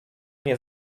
nie